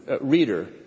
reader